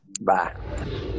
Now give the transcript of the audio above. bye